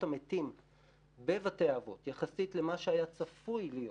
המתים בבתי האבות יחסית למה שהיה צפוי להיות